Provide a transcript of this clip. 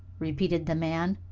repeated the man.